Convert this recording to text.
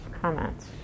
Comments